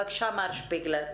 בבקשה מר שפיגלר.